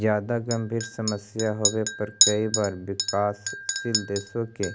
जादा गंभीर समस्या होने पर कई बार विकासशील देशों के